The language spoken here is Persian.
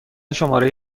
شماره